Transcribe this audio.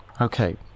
Okay